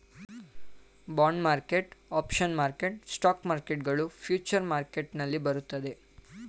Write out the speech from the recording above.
bond market, options market, stock market ಗಳು future market ನಲ್ಲಿ ಬರುತ್ತದೆ